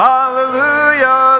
Hallelujah